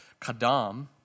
kadam